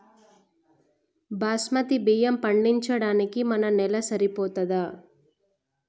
బాస్మతి బియ్యం పండించడానికి మన నేల సరిపోతదా?